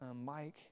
Mike